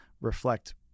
reflect